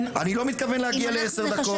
אני לא מתכוון להגיע לעשר דקות.